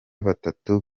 batatu